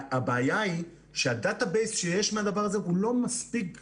הבעיה היא שה-דאטה בייס שיש מהדבר הזה הוא לא מספיק טוב.